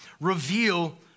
reveal